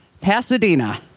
Pasadena